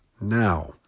now